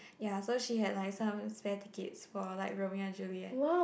ya so she had like some spare tickets for like Romeo and Juliet